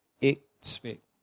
expect